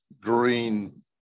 green